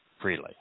freely